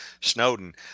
snowden